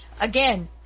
again